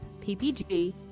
PPG